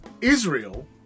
Israel